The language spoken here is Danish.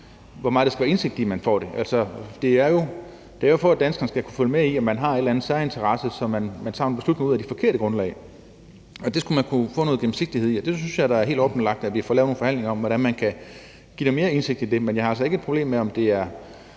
hvor meget indsigt, der skal være i, at man får det. Altså, det er jo for, at danskerne skal kunne følge med i, om man har en eller anden særinteresse, så man tager en beslutning på det forkerte grundlag; det skal man kunne få noget gennemsigtighed i. Og jeg synes da, at det er helt oplagt, at vi får lavet nogle forhandlinger om, hvordan danskerne kan få mere indsigt i det; men jeg har altså ikke et problem med, om det er